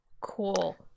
Cool